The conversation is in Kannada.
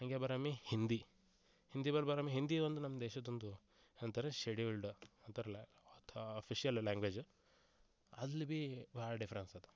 ಹಂಗೆ ಬರಮ್ಮಿ ಹಿಂದಿ ಹಿಂದಿ ಬಾರ್ ಬರಮ್ಮಿ ಹಿಂದಿ ಒಂದು ನಮ್ಮ ದೇಶದ ಒಂದು ಏನಂತರಿ ಶೆಡ್ಯೂಲ್ಡ್ ಅಂತಾರಲ್ಲ ಅಂತ ಅಫೀಷಿಯಲ್ ಲ್ಯಾಂಗ್ವೇಜ್ ಅಲ್ಲಿ ಬಿ ಭಾಳ ಡಿಫ್ರೆನ್ಸ್ ಅದಾ